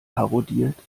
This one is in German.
parodiert